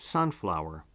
Sunflower